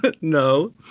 No